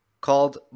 called